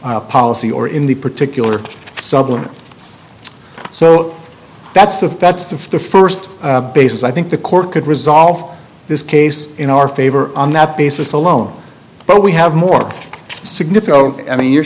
the policy or in the particular supplement so that's the that's the first basis i think the court could resolve this case in our favor on that basis alone but we have more significant i mean you're